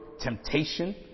temptation